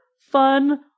fun